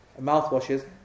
mouthwashes